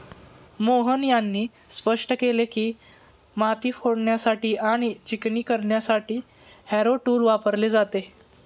मोहन यांनी स्पष्ट केले की, माती फोडण्यासाठी आणि चिकणी करण्यासाठी हॅरो टूल वापरले जाते